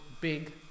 Big